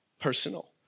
personal